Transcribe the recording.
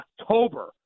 October